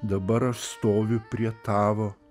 dabar aš stoviu prie tavo